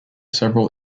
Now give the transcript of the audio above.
several